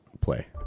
play